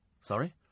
Sorry